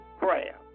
prayer